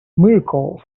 mirco